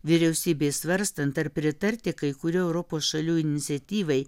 vyriausybei svarstant ar pritarti kai kurių europos šalių iniciatyvai